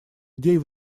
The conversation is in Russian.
идей